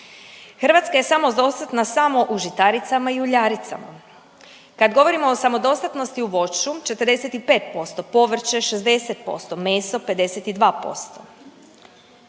Hrvatska je samodostatna samo u žitaricama i uljaricama. Kad govorimo o samodostatnosti u voću 45%, povrće 60%, meso 52%.